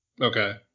Okay